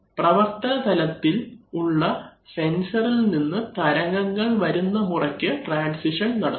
പ്രവർത്തന തലത്തിൽ ഉള്ള സെന്സറിൽ നിന്ന് തരംഗങ്ങൾ വരുന്ന മുറയ്ക്ക് ട്രാൻസിഷൻ നടക്കും